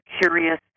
curious